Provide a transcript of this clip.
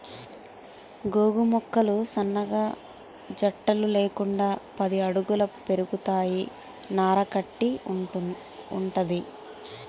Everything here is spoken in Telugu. గోగు మొక్కలు సన్నగా జట్టలు లేకుండా పది అడుగుల పెరుగుతాయి నార కట్టి వుంటది